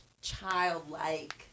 childlike